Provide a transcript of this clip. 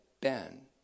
ben